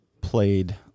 played